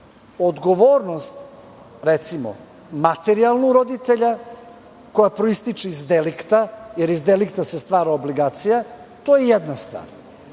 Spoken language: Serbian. odgovornost, recimo, materijalnu, roditelja, koja proističe iz delikta, jer iz delikta se stvara obligacija a to je jedna stvar.